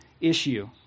issue